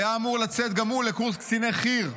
היה אמור לצאת גם הוא לקורס קציני חי"ר,